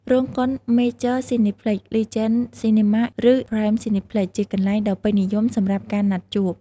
រោងកុន Major Cineplex, Legend Cinema, ឬ Prime Cineplex ជាកន្លែងដ៏ពេញនិយមសម្រាប់ការណាត់ជួបគ្នា។